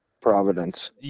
providence